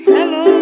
Hello